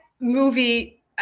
movie